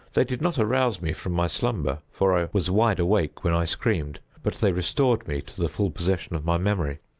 they did not arouse me from my slumber for i was wide awake when i screamed but they restored me to the full possession of my memory.